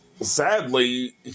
sadly